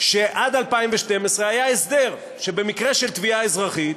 שעד 2012 היה הסדר שבמקרה של תביעה אזרחית,